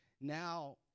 now